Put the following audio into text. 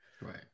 right